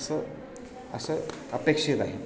असं असं अपेक्षित आहे